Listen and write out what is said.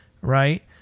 right